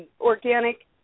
organic